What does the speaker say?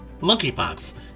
monkeypox